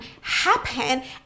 happen